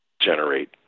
generate